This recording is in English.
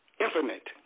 Infinite